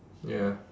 ya